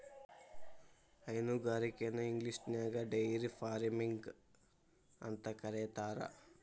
ಹೈನುಗಾರಿಕೆನ ಇಂಗ್ಲಿಷ್ನ್ಯಾಗ dairy farming ಅಂತ ಕರೇತಾರ